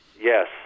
Yes